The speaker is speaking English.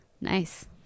Nice